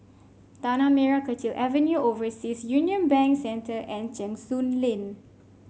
Tanah Merah Kechil Avenue Overseas Union Bank Center and Cheng Soon Lane